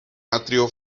atrio